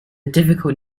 difficult